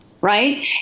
Right